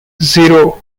zero